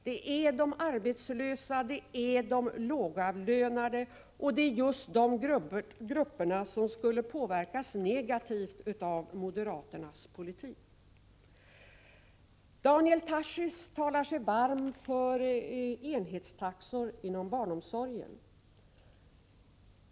Det är de arbetslösa och de lågavlönade, och det är just dessa grupper som skulle påverkas negativt av moderaternas politik. Daniel Tarschys talar sig varm för enhetstaxor inom barnomsorgen.